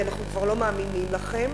כי אנחנו כבר לא מאמינים לכם,